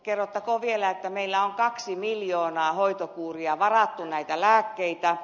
kerrottakoon vielä että meillä on kaksi miljoonaa hoitokuuria varattu näitä lääkkeitä